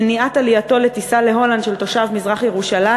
מניעת עלייתו לטיסה להולנד של תושב מזרח-ירושלים,